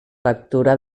lectura